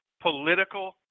political